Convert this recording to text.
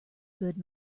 good